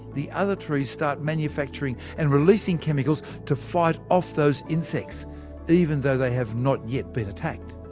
the other trees start manufacturing and releasing chemicals to fight off those insects even though they have not yet been attacked.